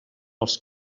els